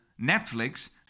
Netflix